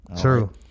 True